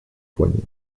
poignets